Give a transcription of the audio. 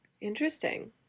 Interesting